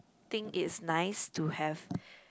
think it's nice to have